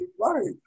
Right